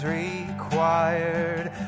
required